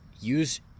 use